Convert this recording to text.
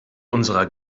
unserer